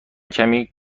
کمی